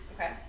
Okay